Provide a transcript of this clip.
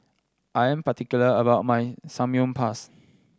I am particular about my Samgyeopsal